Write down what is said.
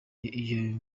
iyo